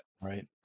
right